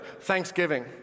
Thanksgiving